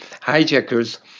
hijackers